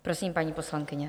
Prosím, paní poslankyně.